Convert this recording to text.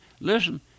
listen